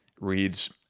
reads